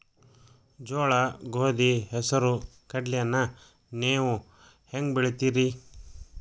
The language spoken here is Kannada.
ಜೋಳ, ಗೋಧಿ, ಹೆಸರು, ಕಡ್ಲಿಯನ್ನ ನೇವು ಹೆಂಗ್ ಬೆಳಿತಿರಿ?